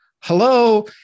hello